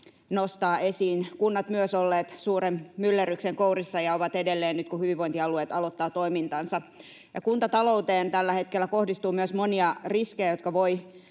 nostaa esiin. Myös kunnat ovat olleet suuren myllerryksen kourissa ja ovat edelleen nyt, kun hyvinvointialueet aloittavat toimintansa. Kuntatalouteen kohdistuu tällä hetkellä myös monia riskejä, jotka voivat